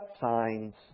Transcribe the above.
signs